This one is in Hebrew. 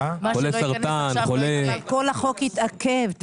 אבל כל החוק יתעכב.